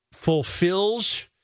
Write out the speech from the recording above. fulfills